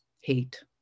hate